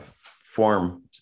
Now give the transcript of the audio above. form